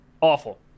Awful